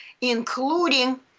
including